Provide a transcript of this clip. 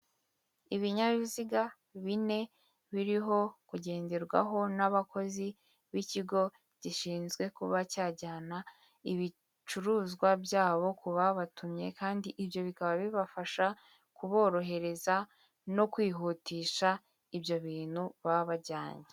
Ibinyabiziga bine biriho kugenderwaho n'abakozi b'ikigo gishinzwe kuba cyajyana ibicuruzwa byabo ku babatumye, kandi ibyo bikaba bibafasha kuborohereza no kwihutisha ibyo bintu baba bajyanye.